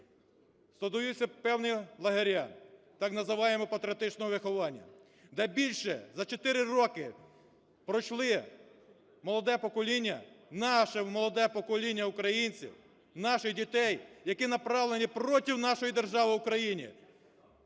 створюються певні лагеря, так званого патріотичного виховання. Де більше за 4 роки пройшли, молоде покоління, наше молоде покоління українців, наших дітей, які направлені проти нашої держави України